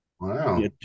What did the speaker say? Wow